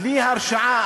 בלי הרשעה,